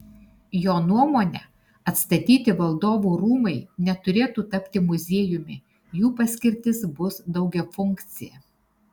jo nuomone atstatyti valdovų rūmai neturėtų tapti muziejumi jų paskirtis bus daugiafunkcė